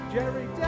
Jerry